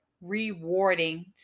Rewarding